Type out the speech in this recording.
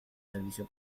servicio